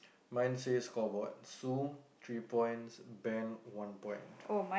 mine says call board so three points band one point